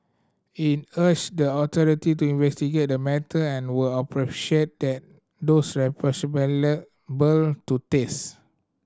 it urged the authority to investigate the matter and where appropriate take those to taste